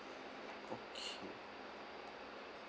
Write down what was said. okay